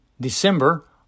December